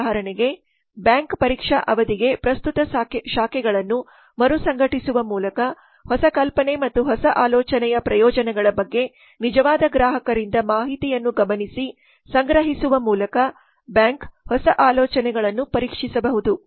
ಉದಾಹರಣೆಗೆ ಬ್ಯಾಂಕ್ ಪರೀಕ್ಷಾ ಅವಧಿಗೆ ಪ್ರಸ್ತುತ ಶಾಖೆಗಳನ್ನು ಮರುಸಂಘಟಿಸುವ ಮೂಲಕ ಹೊಸ ಕಲ್ಪನೆ ಮತ್ತು ಹೊಸ ಆಲೋಚನೆಯ ಪ್ರಯೋಜನಗಳ ಬಗ್ಗೆ ನಿಜವಾದ ಗ್ರಾಹಕರಿಂದ ಮಾಹಿತಿಯನ್ನು ಗಮನಿಸಿ ಸಂಗ್ರಹಿಸುವ ಮೂಲಕ ಬ್ಯಾಂಕ್ ಹೊಸ ಆಲೋಚನೆಗಳನ್ನು ಪರೀಕ್ಷಿಸಬಹುದು